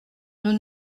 nous